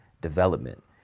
development